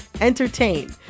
entertain